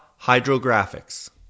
Hydrographics